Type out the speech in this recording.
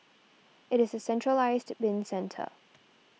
it is a centralised bin centre